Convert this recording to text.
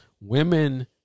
Women